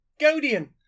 godian